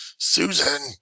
Susan